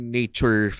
nature